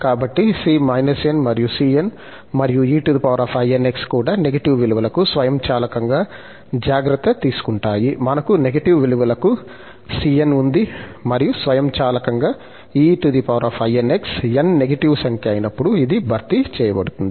కాబట్టి c n మరియు cn మరియు einx కూడా నెగటివ్ విలువలకు స్వయంచాలకంగా జాగ్రత్త తీసుకుంటాయి మనకు నెగటివ్ విలువలకు cn ఉంది మరియు స్వయంచాలకంగా einx n నెగటివ్ సంఖ్య అయినప్పుడు ఇది భర్తీ చేయబడుతుంది